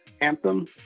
Anthem